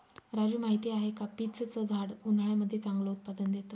राजू माहिती आहे का? पीच च झाड उन्हाळ्यामध्ये चांगलं उत्पादन देत